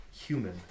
human